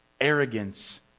arrogance